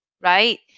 right